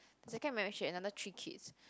second marriage she had another three kids